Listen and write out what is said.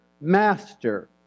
Master